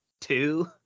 two